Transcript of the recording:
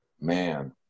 Man